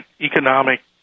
economic